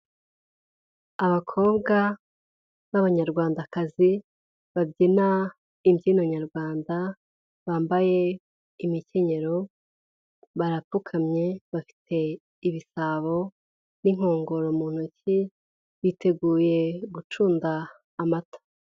Abakobwa b'abanyarwandakazi babyina imbyino nyarwanda bambaye imikenyero, barapfukamye bafite ibisabo n'inkongoro mu ntoki biteguye gucunda amata.